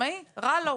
העצמאי רע לו.